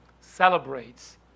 celebrates